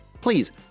please